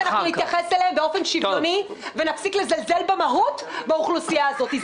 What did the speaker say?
אנחנו נתייחס אליה באופן שוויוני ונפסיק לזלזל במהות באוכלוסייה הזאת.